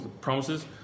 promises